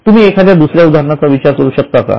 तुम्ही एखाद्या दुसऱ्या उदाहरणाचा विचार करू शकता का